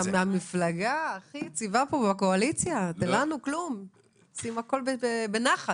המפלגה הכי יציבה פה בקואליציה, עושים הכול בנחת.